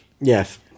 Yes